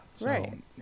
Right